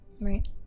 Right